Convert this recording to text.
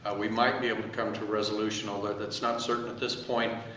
and we might be able to come to a resolution, although that's not certain at this point.